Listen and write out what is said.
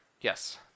Yes